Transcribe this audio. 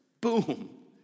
boom